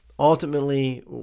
Ultimately